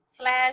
slash